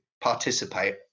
participate